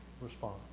respond